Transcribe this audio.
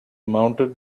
mounted